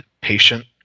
patient